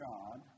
God